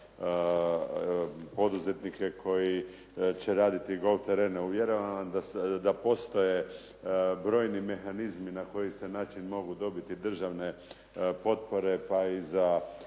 Uvjeravam vas da postoje brojni mehanizmi na koji se način mogu dobiti državne potpore, pa i za